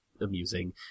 amusing